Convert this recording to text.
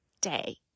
day